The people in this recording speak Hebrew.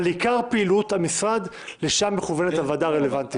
אבל עיקר פעילות המשרד לשם מכוונת הוועדה הרלוונטית.